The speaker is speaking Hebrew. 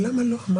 אמרת את זה.